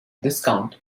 discount